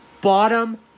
Bottom